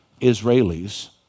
Israelis